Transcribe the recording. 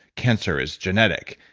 cancer is genetic.